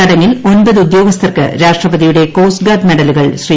ചടങ്ങിൽ ഒമ്പത് ഉദ്യോഗസ്ഥർക്ക് രാഷ്ട്രപതിയുടെ കോസ്റ്റ് ഗാർഡ് മെഡലുകൾ ശ്രീ